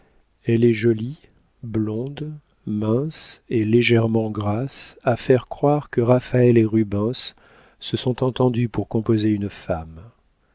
elle est jolie blonde mince et légèrement grasse à faire croire que raphaël et rubens se sont entendus pour composer une femme